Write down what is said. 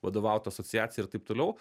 vadovaut asociacijai ir taip toliau